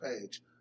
page